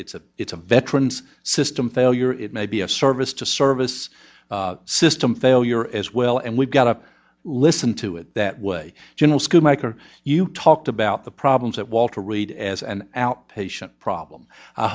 it's a it's a veterans system failure it may be a service to service system failure as well and we've got to listen to it that way general school mike or you talked about the problems at walter reed as an outpatient problem